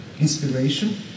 inspiration